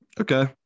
Okay